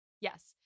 Yes